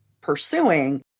pursuing